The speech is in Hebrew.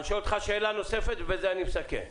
אני שואל אותך שאלה נוספת ובזה אני מסכם.